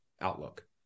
outlook